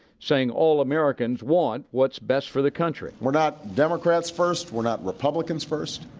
saying all americans want what's best for the country. we're not democrats first. we're not republicans first.